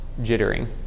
jittering